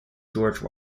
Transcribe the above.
george